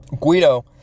Guido